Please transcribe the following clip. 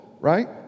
right